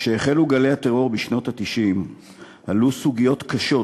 כשהחלו גלי הטרור בשנות ה-90 עלו סוגיות קשות